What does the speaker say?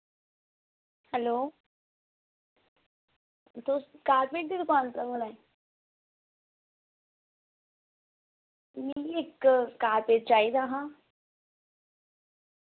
hello तुस carpet दी दकान उप्परा बोला ने मिगी इक कारपेट चाहिदा हा